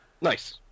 Nice